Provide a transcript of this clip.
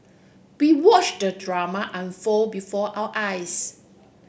we watch the drama unfold before our eyes